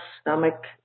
stomach